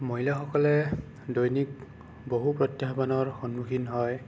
মহিলাসকলে দৈনিক বহু প্ৰত্যাহ্বানৰ সন্মুখীন হয়